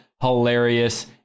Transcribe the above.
hilarious